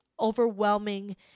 overwhelming